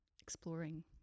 exploring